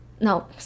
No